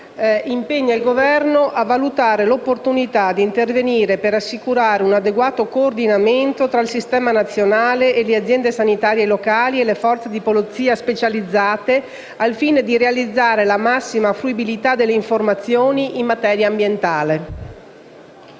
impegna il Governo a valutare l'opportunità di intervenire per assicurare un adeguato coordinamento tra il Sistema nazionale e le aziende sanitarie locali e le Forze di polizia di specialità al fine di realizzare la massima fruibilità delle informazioni in materia ambientale.